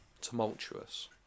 tumultuous